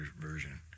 version